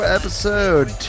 episode